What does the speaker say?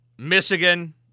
Michigan